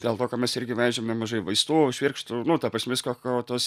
dėl to ką mes irgi vežėm nemažai vaistų švirkštų nu ta prasme visko ko tos